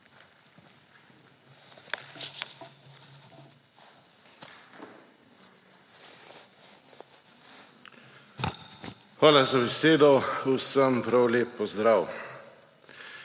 Hvala za besedo. Vsem prav lep pozdrav.